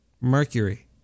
Mercury